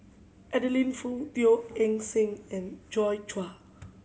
Adeline Foo Teo Eng Seng and Joi Chua